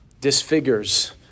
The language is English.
disfigures